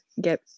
get